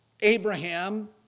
Abraham